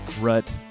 rut